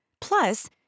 Plus